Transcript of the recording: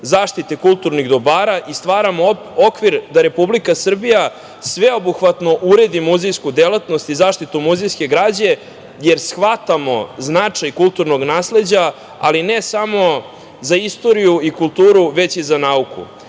zaštite kulturnih dobara i stvaramo okvir da Republika Srbija sveobuhvatno uredi muzejsku delatnost i zaštitu muzejske građe, jer shvatamo značaj kulturnog nasleđa, ne samo za istoriju i kulturu, već i za